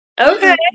Okay